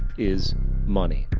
is money.